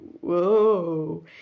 whoa